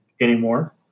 anymore